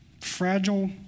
fragile